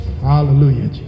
Hallelujah